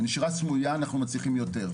בנשירה סמויה אנחנו מצליחים יותר.